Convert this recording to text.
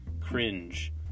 Cringe